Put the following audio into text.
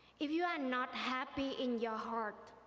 if you are not happy in your heart,